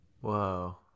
Whoa